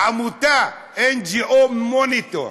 העמותה NGO Monitor,